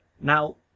Now